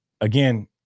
again